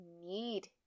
need